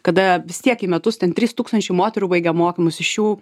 kada vis tiek į metus ten trys tūkstančiai moterų baigia mokymus iš jų